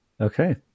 Okay